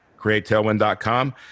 createtailwind.com